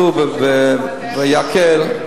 ויקהל,